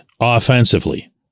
offensively